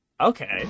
Okay